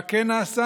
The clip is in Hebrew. מה כן נעשה?